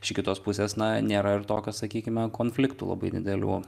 iš kitos pusės na nėra ir tokio sakykime konfliktų labai didelių